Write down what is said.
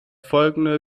folgende